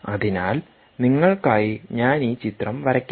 അതിനാൽ നിങ്ങൾക്കായി ഞാൻ ഈ ചിത്രം വരയ്ക്കാം